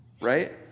right